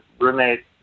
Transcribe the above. roommate